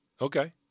Okay